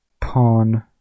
Pawn